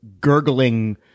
gurgling